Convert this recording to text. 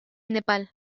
nepal